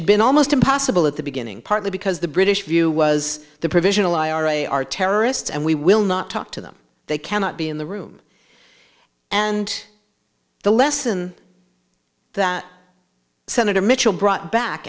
had been almost impossible at the beginning partly because the british view was the provisional ira are terrorists and we will not talk to them they cannot be in the room and the lesson that senator mitchell brought back